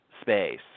space